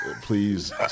please